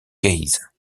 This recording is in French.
case